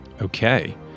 Okay